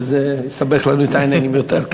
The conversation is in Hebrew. וזה יסבך לנו את העניינים יותר.